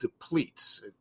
depletes